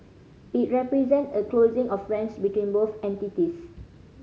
it represent a closing of ranks between both entities